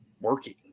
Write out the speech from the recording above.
working